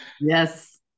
Yes